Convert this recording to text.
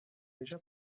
déjà